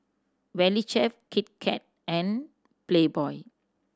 Valley Chef Kit Kat and Playboy